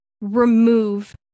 remove